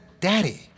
daddy